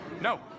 No